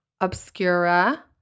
Obscura